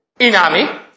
Inami